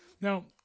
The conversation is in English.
Now